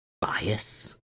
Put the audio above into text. bias